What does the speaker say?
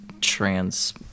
trans